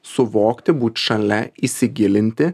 suvokti būt šalia įsigilinti